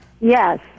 Yes